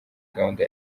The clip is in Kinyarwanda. gahunda